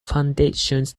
foundations